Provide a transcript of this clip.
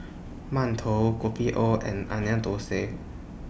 mantou Kopi O and Onion Thosai